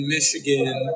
Michigan